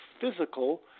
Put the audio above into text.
physical